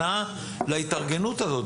נתנו שנה להתארגנות הזאת.